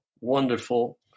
wonderful